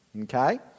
Okay